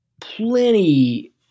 plenty